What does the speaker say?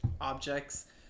objects